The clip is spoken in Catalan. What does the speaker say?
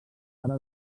pare